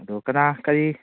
ꯑꯗꯣ ꯀꯅꯥ ꯀꯔꯤ